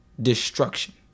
Destruction